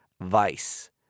Vice